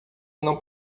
não